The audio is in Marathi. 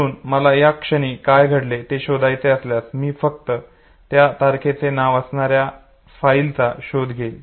म्हणून मला या क्षणी काय घडले हे शोधायचे असल्यास मी फक्त या तारखेचे नाव असणारी फाइलचा शोध घेईल